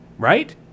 right